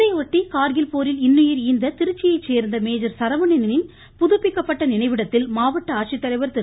இதையொட்டி கார்கில் போரில் இன்னுயிர் ஈந்த திருச்சியை சேர்ந்த மேஜர் சரவணனின் புதுப்பிக்கப்பட்ட நினைவிடத்தில் மாவட்ட ஆட்சித்தலைவா் திரு